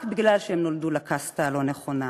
רק מפני שהם נולדו לקסטה הלא-נכונה.